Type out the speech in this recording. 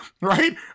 right